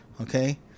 okay